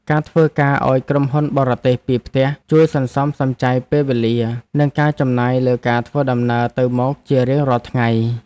ការធ្វើការឱ្យក្រុមហ៊ុនបរទេសពីផ្ទះជួយសន្សំសំចៃពេលវេលា និងការចំណាយលើការធ្វើដំណើរទៅមកជារៀងរាល់ថ្ងៃ។